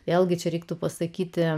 vėlgi čia reiktų pasakyti